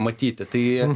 matyti tai